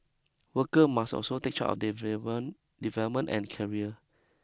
worker must also take charge of their development and career